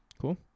cool